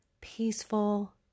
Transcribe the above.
peaceful